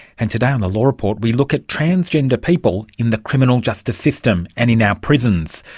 and today on the law report we look at transgender people in the criminal justice system and in our prisons.